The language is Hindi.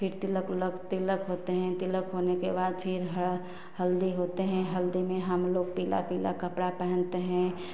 फिर तिलक उलक फिर तिलक होता है तिलक होने के बाद फिर है हल्दी होती है हल्दी में हमलोग पीला पीला कपड़ा पहनते हैं